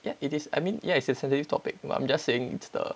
it is I mean yeah it's a sensitive topic but I'm just saying it's the